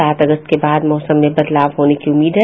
सात अगस्त के बाद मौसम में बदलाव होने की उम्मीद है